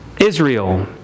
Israel